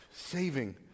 Saving